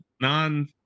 non